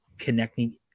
connecting